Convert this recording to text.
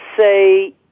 say